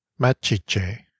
Machiche